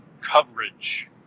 coverage